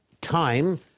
time